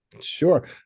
Sure